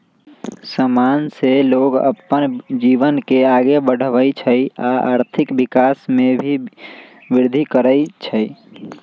समान से लोग अप्पन जीवन के आगे बढ़वई छई आ आर्थिक विकास में भी विर्धि करई छई